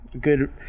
good